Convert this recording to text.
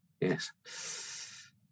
Yes